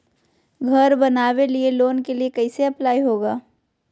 घर बनावे लिय लोन के लिए कैसे अप्लाई होगा?